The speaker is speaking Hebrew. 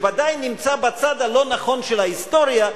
שוודאי נמצא בצד הלא-נכון של ההיסטוריה,